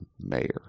mayor